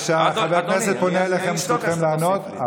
כשחבר הכנסת פונה אליכם זכותכם לענות,